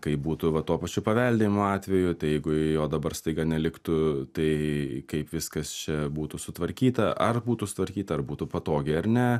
kaip būtų va tuo pačiu paveldėjimo atveju tai jeigu jo dabar staiga neliktų tai kaip viskas čia būtų sutvarkyta ar būtų sutvarkyta ar būtų patogiai ar ne